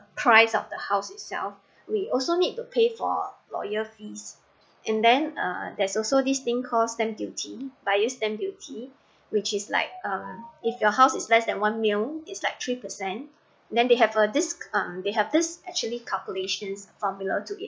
price of the house itself we also need to pay for lawyer fees and then uh there's also this thing called stamp duty buyer's stamp duty which is like um if your house is less than one mil is like three percent then they have a this um they have this actually calculations formula to get